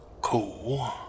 cool